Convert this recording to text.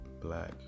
Black